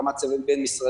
עם הקמת צוות בין-משרדי,